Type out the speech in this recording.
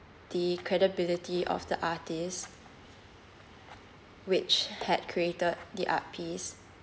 the credibility of the artist which had created the art piece